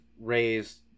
raised